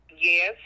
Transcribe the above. yes